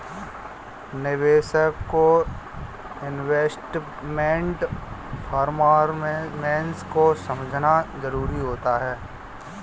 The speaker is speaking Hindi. निवेशक को इन्वेस्टमेंट परफॉरमेंस को समझना जरुरी होता है